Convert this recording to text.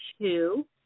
two